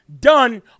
done